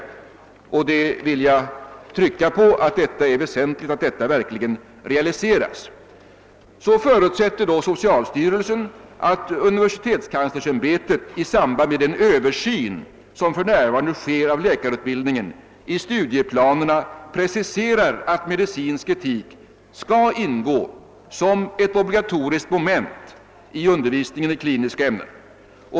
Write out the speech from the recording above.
Jag vill trycka på att det är väsentligt att detta verkligen realiseras. Socialstyrelsen förutsätter »att universitetskanslersämbetet i samband med den översyn, som f.n. sker av läkarutbildningen, i studieplanerna preciserar att medicinsk etik skall ingå som ett obligatoriskt moment i undervisningen i kliniska ämnen.